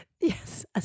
Yes